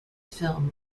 film